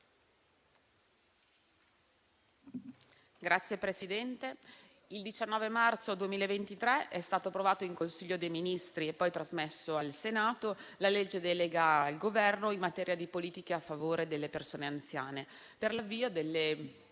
Signor Presidente, il 19 gennaio 2023 è stato approvato in Consiglio dei ministri e poi trasmesso al Senato il disegno di legge recante delega al Governo in materia di politiche a favore delle persone anziane, per l'avvio delle